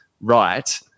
right